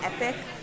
epic